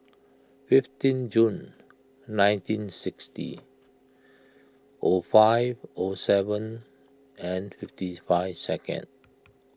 fifteen June nineteen sixty O five O seven and fifty's five second